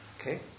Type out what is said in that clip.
Okay